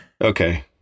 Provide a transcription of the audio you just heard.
Okay